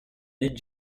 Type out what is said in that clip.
mid